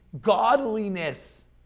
godliness